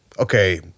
okay